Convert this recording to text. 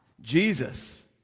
Jesus